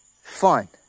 fun